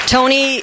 Tony